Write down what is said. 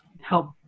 help